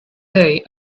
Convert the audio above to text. day